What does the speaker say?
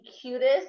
cutest